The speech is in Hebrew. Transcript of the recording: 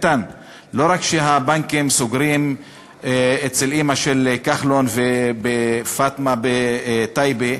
לא רק שהבנקים סוגרים אצל אימא של כחלון ואצל פאטמה בטייבה,